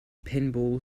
pinball